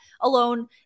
alone